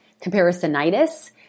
comparisonitis